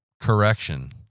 correction